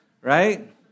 right